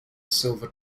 silver